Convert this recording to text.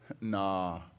Nah